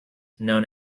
known